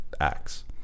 acts